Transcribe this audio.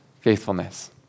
faithfulness